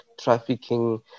trafficking